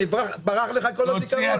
ברח לך כל הזיכרון.